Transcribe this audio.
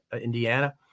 Indiana